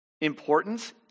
importance